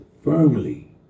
firmly